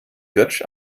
götsch